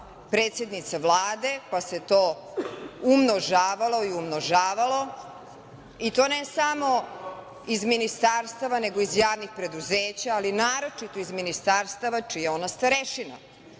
predsednica Vlade, pa se to umnožavalo i umnožavalo, i to ne samo iz ministarstava, nego i iz javnih preduzeća, ali naročito iz ministarstava čiji je ona starešina.I